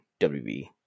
WB